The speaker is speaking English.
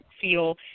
feel